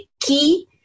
key